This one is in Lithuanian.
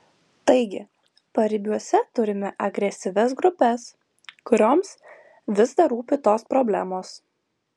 taigi paribiuose turime agresyvias grupes kurioms vis dar rūpi tos problemos